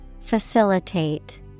Facilitate